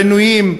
עינויים,